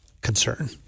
concern